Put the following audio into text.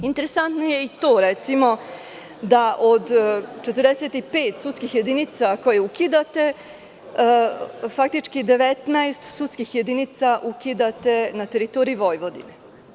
Interesantno je i to recimo, da od 45 sudskih jedinica koje ukidate, faktički 19 sudskih jedinica ukidate na teritoriji Vojvodine.